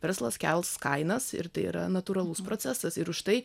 verslas kels kainas ir tai yra natūralus procesas ir už tai